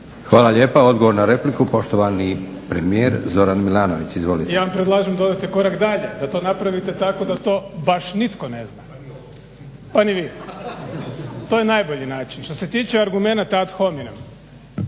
Hvala lijepa. Odgovor na repliku, poštovani premijer Zoran Milanović. Izvolite. **Milanović, Zoran (SDP)** Ja vam predlažem da odete korak dalje, da to napravite tako da to baš nitko ne zna pa ni vi. To je najbolji način. Što se tiče argumenata ad hominem